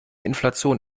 inflation